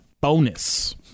Bonus